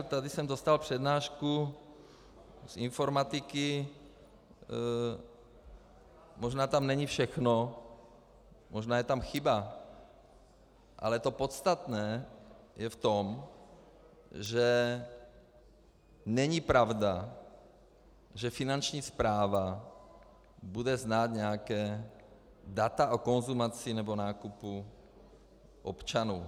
Tady jsem dostal přednášku z informatiky, možná tam není všechno, možná je tam chyba, ale to podstatné je v tom, že není pravda, že Finanční správa bude znát nějaká data o konzumaci nebo nákupu občanů.